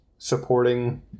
supporting